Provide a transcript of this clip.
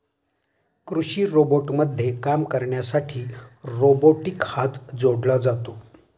कृषी रोबोटमध्ये काम करण्यासाठी रोबोटिक हात जोडला जातो